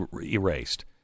erased